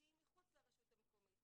שהיא מחוץ לרשות המקומית,